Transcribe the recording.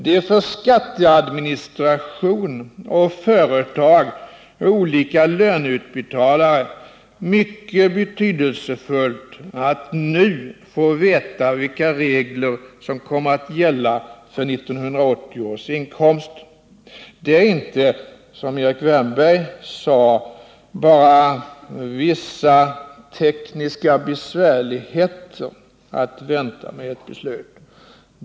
Det är för skatteadministration, företag och olika löneutbetalare mycket betydelsefullt att nu få veta vilka regler som kommer att gälla för 1980 års inkomster. Det medför inte, som Erik Wärnberg sade, bara vissa tekniska besvärligheter att vänta med ett beslut.